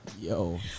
Yo